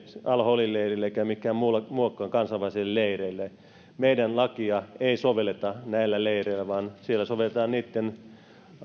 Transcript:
al holin leirille eikä millekään muillekaan kansainvälisille leireille meidän lakiamme ei sovelleta näillä leireillä vaan siellä sovelletaan niitten